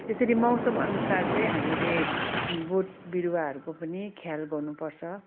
त्यसरी मौसमअनुसार चाहिँ हामीले बोट बिरुवाहरूको पनि ख्याल गर्नुपर्छ